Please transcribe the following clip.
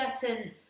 certain